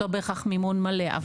לא בהכרח מימון מלא,